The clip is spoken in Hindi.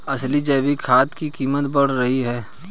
असली जैविक खाद की कीमत बढ़ रही है